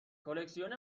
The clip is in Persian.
کلکسیون